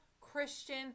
christian